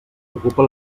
ocupa